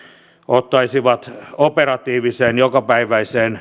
ottaisivat operatiiviseen jokapäiväiseen